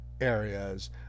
areas